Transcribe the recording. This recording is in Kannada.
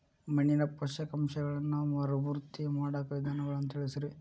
ಮಣ್ಣಿನ ಪೋಷಕಾಂಶಗಳನ್ನ ಮರುಭರ್ತಿ ಮಾಡಾಕ ವಿಧಾನಗಳನ್ನ ತಿಳಸ್ರಿ